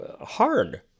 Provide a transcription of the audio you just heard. hard